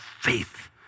faith